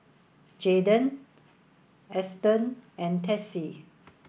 Eston and Tessie